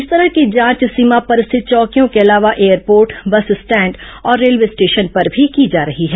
इस तरह की जांच सीमा पर स्थित चौकियों के अलावा एयरपोर्ट बस स्टैंड और रेलवे स्टेशन पर भी की जा रही है